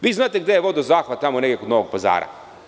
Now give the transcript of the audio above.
Vi znate gde je vodozahvat tamo negde kod Novog Pazara.